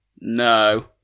No